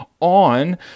on